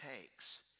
takes